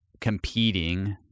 competing